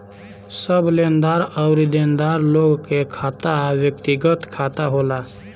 सब लेनदार अउरी देनदार लोगन के खाता व्यक्तिगत खाता होला